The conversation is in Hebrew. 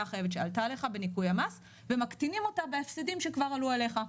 החייבת שעלתה לך בניכוי המס ומקטינים אותה בהפסדים שכבר עלו אליך.